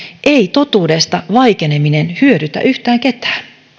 ei totuudesta vaikeneminen hyödytä yhtään ketään